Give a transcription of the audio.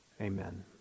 amen